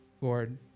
Lord